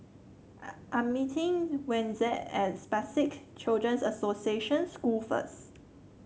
I'm meeting Wenzel at Spastic Children's Association School first